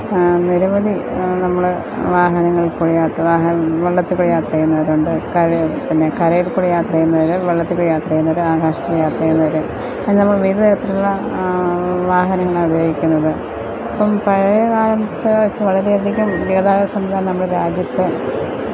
നിരവധി നമ്മൾ വാഹനങ്ങളില്ക്കൂടി യാത്ര വള്ളത്തില്ക്കൂടി യാത്ര ചെയ്യുന്നവരുണ്ട് കരയില് പിന്നെ കരയില്ക്കൂടി യാത്ര ചെയ്യുന്നവർ വെള്ളത്തിൽക്കൂറ്റി യാത്ര ചെയ്യുന്നവർ ആകാശത്തു കൂടി യാത്ര ചെയ്യുന്നവർ അങ്ങനെ നമ്മൾ വിവിധ തരത്തിലുള്ള വാഹനങ്ങളാണ് ഉപയോഗിക്കുന്നത് ഇപ്പം പഴയ കാലത്തെവെച്ച് വളരെയധികം ഗതാഗത സംവിധാനം നമ്മുടെ രാജ്യത്ത്